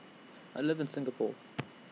I live in Singapore